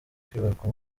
kwibaruka